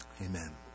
Amen